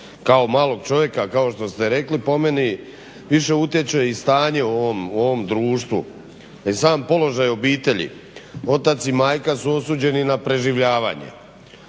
kao malog čovjeka kao što ste rekli po meni više utječe i stanje u ovom društvu, a i sam položaj obitelji. Otac i majka su osuđeni na preživljavanje,